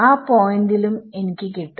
ആ പോയിന്റിലും എനിക്ക് കിട്ടും